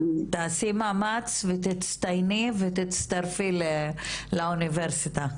תעשי מאמץ ותצטייני ותצטרפי לאוניברסיטה,